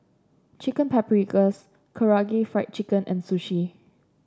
Chicken Paprikas Karaage Fried Chicken and Sushi